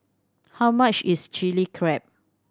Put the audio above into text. how much is Chili Crab